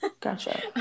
Gotcha